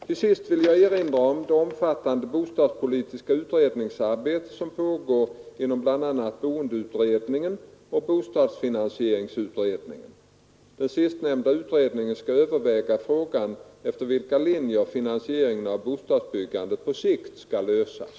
Till sist vill jag erinra om det omfattande bostadspolitiska utredningsarbete som pågår inom bl.a. boendeutredningen och bostadsfinansieringsutredningen . Den sistnämnda utredningen skall överväga frågan efter vilka linjer finansieringen av bostadsbyggandet på sikt skall lösas.